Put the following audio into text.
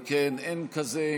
אם כן, אין כזה.